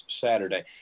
Saturday